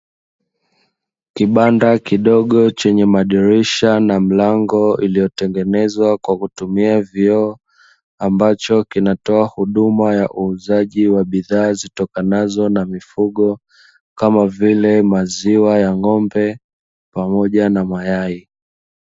Kibanda kidogo chenye madirisha na mlango iliyotengenezwa kwa kutumia vioo, ambacho kinatoa huduma ya uuzaji wa bidhaa zitokanazo na mifugo, kama vile maziwa ya ng'ombe pamoja na mayai.